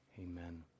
Amen